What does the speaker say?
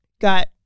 got